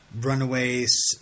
runaways